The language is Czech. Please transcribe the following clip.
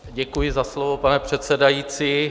Děkuji za slovo, pane předsedající.